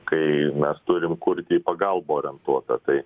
kai mes turim kurti į pagalbą orientuotą tai